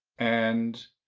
and